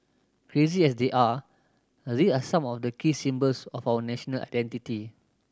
crazy as they are these are some of the key symbols of our national identity